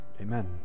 Amen